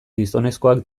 gizonezkoak